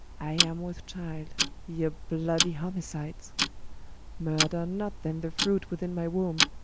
i am with childe ye bloody homicides murther not then the fruite within my wombe,